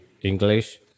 English